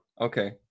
Okay